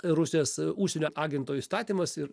rusijos užsienio agento įstatymas ir